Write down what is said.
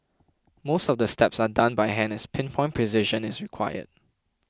most of the steps are done by hand as pin point precision is required